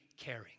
caring